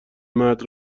مرد